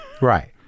Right